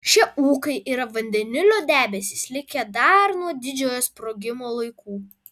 šie ūkai yra vandenilio debesys likę dar nuo didžiojo sprogimo laikų